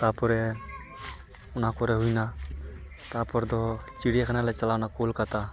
ᱛᱟᱯᱚᱨᱮ ᱚᱱᱟ ᱠᱚᱨᱮ ᱦᱩᱭᱮᱱᱟ ᱛᱟᱯᱚᱨ ᱫᱚ ᱪᱤᱲᱭᱟ ᱠᱷᱟᱱᱟ ᱞᱮ ᱪᱟᱞᱟᱣᱮᱱᱟ ᱠᱳᱞᱠᱟᱛᱟ